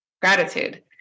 gratitude